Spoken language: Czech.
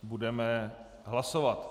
Budeme hlasovat.